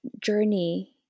journey